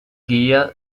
guía